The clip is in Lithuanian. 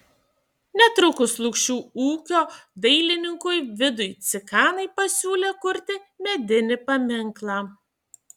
netrukus lukšių ūkio dailininkui vidui cikanai pasiūlė kurti medinį paminklą